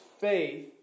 faith